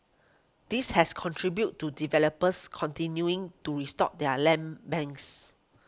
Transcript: this has contributed to developers continuing to restock their land banks